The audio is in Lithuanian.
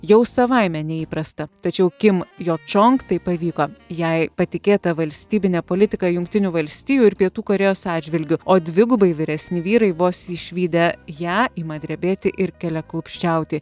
jau savaime neįprasta tačiau kim jo čong tai pavyko jai patikėta valstybinė politika jungtinių valstijų ir pietų korėjos atžvilgiu o dvigubai vyresni vyrai vos išvydę ją ima drebėti ir keliaklupsčiauti